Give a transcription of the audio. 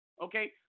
okay